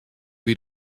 wie